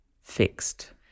fixed